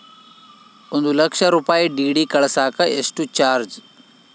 ಒಂದು ಲಕ್ಷ ರೂಪಾಯಿ ಡಿ.ಡಿ ಕಳಸಾಕ ಎಷ್ಟು ಚಾರ್ಜ್?